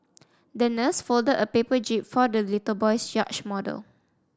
the nurse folded a paper jib for the little boy's yacht model